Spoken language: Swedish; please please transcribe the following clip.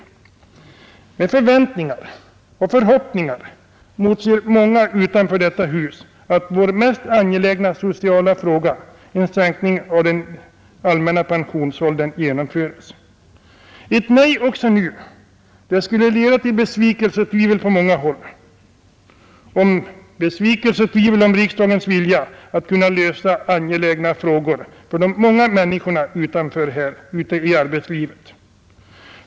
åldern Med förväntningar och förhoppningar motser många utanför detta hus att vår mest angelägna sociala fråga — en sänkning av den allmänna pensionsåldern — genomföres. Ett nej också nu skulle leda till besvikelse och tvivel på många håll om riksdagens vilja att lösa angelägna frågor för de många människorna ute i arbetslivet.